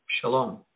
Shalom